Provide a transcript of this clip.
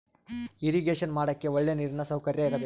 irrigation ಮಾಡಕ್ಕೆ ಒಳ್ಳೆ ನೀರಿನ ಸೌಕರ್ಯ ಇರಬೇಕು